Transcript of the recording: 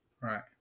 Right